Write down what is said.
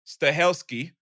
Stahelski